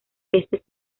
peces